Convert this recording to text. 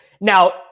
now